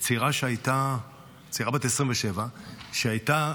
צעירה בת 27 שהייתה,